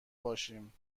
باشیم